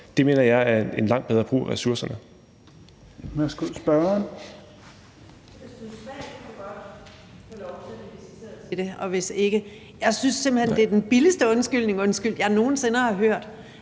Det mener jeg er en langt bedre brug af ressourcerne.